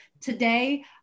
Today